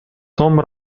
tom